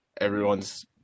everyone's